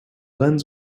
lens